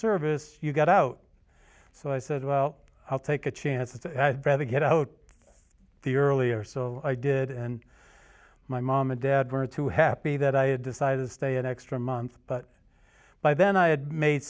service you got out so i said well i'll take a chance to get out of the earlier so i did and my mom and dad were too happy that i had decided to stay an extra month but by then i had made